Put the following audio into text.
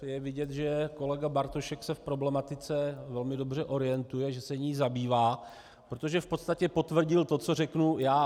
Je vidět, že kolega Bartošek se v problematice velmi dobře orientuje a že se jí zabývá, protože v podstatě potvrdil to, co řeknu já.